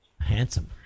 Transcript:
handsome